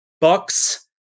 Bucks